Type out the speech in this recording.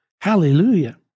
Hallelujah